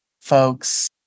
folks